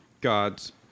God's